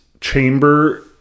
chamber